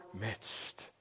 midst